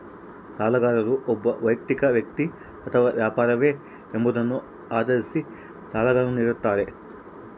ಸಾಲಗಾರರು ಒಬ್ಬ ವೈಯಕ್ತಿಕ ವ್ಯಕ್ತಿ ಅಥವಾ ವ್ಯಾಪಾರವೇ ಎಂಬುದನ್ನು ಆಧರಿಸಿ ಸಾಲಗಳನ್ನುನಿಡ್ತಾರ